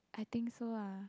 I think so ah